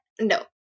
no